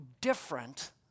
different